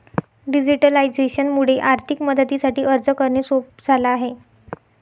digitalisation मुळे आर्थिक मदतीसाठी अर्ज करणे सोप झाला आहे